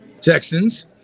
Texans